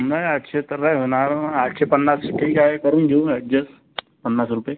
नाही आठशे तर नाही होणार मग आठशे पन्नास ठीक आहे करून घेऊ ना अॅडजेस पन्नास रुपये